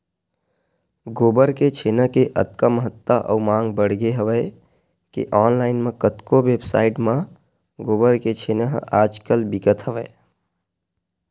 गोबर के छेना के अतका महत्ता अउ मांग बड़गे हवय के ऑनलाइन म कतको वेबसाइड म गोबर के छेना ह आज कल बिकत हवय